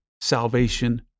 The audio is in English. salvation